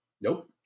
Nope